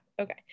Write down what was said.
Okay